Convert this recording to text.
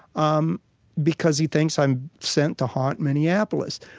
um because he thinks i'm sent to haunt minneapolis.